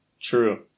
True